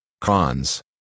Cons